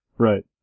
Right